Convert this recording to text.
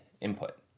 input